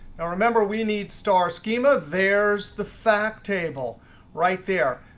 now remember, we need star schema. there's the fact table right there.